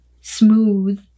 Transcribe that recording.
smooth